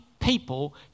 people